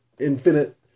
infinite